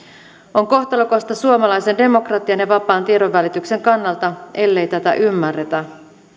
on kohtalokasta suomalaisen demokratian ja vapaan tiedonvälityksen kannalta ellei tätä ymmärretä